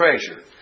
treasure